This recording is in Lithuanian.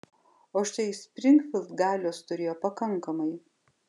o štai springfild galios turėjo pakankamai